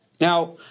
Now